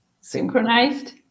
synchronized